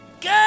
Good